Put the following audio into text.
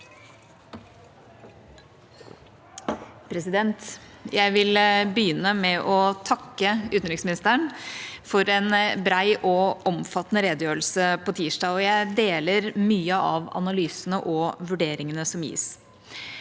le- der): Jeg vil begynne med å takke utenriksministeren for en bred og omfattende redegjørelse på tirsdag. Jeg deler mye av analysene og vurderingene som gis.